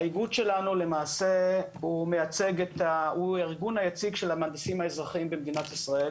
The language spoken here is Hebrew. האיגוד שלנו למעשה הוא הארגון היציג של המהנדסים האזרחיים במדינת ישראל.